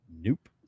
Nope